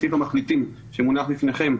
בסעיף המחליטים שמונח לפניכם.